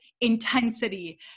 intensity